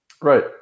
Right